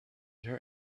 her